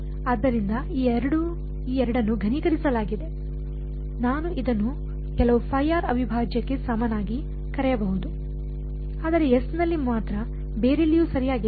ಆದ್ದರಿಂದ ಈ ಎರಡನ್ನು ಘನೀಕರಿಸಲಾಗಿದೆ ನಾನು ಇದನ್ನು ಕೆಲವು Φ ಅವಿಭಾಜ್ಯಕ್ಕೆ ಸಮನಾಗಿ ಕರೆಯಬಹುದು ಆದರೆ S ನಲ್ಲಿ ಮಾತ್ರ ಬೇರೆಲ್ಲಿಯೂ ಸರಿಯಾಗಿಲ್ಲ